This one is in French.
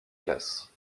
classes